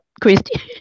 Christy